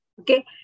Okay